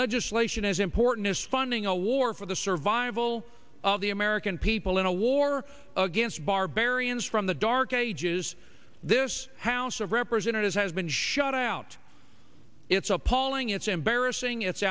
legislation as important as funding a war for the survival of the american people in a war against barbarians from the dark ages this house of representatives has been shut out it's appalling it's embarrassing it's